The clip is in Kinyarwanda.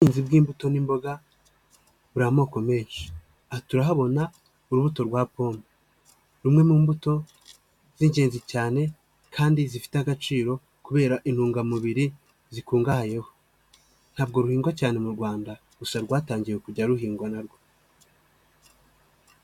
Ubuhinzi bw'imbuto n'imboga buri amoko menshi turahabona urubuto rwa pome rumwe mu mbuto z'ingenzi cyane kandi zifite agaciro kubera intungamubiri zikungahayeho, ntabwo ruhingwa cyane mu Rwanda gusa rwatangiye kujya ruhingwa narwo.